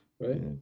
Right